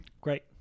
Great